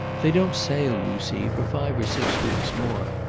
they don't sail, you see, for five or six weeks more,